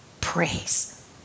Praise